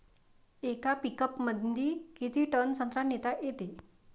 येका पिकअपमंदी किती टन संत्रा नेता येते?